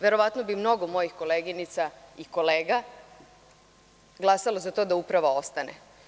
Verovatno bi mnogo mojih koleginica i kolega glasalo za to da Uprava ostane.